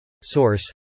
Source